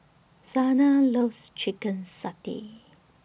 Zena loves Chicken Satay